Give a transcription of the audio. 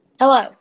Hello